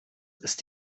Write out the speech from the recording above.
ist